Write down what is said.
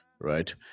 right